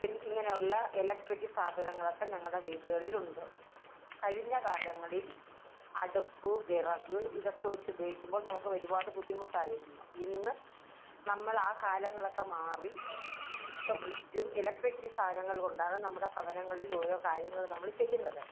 പിന്നെ ഇങ്ങനെയുള്ള എലക്ട്രിക്ക് സാധനങ്ങളൊക്കെ ഞങ്ങളുടെ വീടുകളിലുണ്ട് കഴിഞ്ഞ കാലങ്ങളിൽ അടുപ്പ് വിറക് ഇതൊക്കെ വച്ചുപയോഗിക്കുമ്പോൾ നമുക്കൊരുപാട് ബുദ്ധിമുട്ടായിരുന്നു ഇന്ന് നമ്മൾ ആ കാലങ്ങളൊക്കെ മാറി ഇപ്പോൾ ഫ്രിഡ്ജും ഇലക്ട്രിക്ക് സാധനങ്ങൾ കൊണ്ടാണ് നമ്മുടെ ഭവനങ്ങളിൽ ഓരോ കാര്യങ്ങൾ നമ്മൾ ചെയ്യുന്നത്